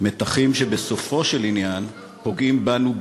מתחים שבסופו של עניין פוגעים בנו,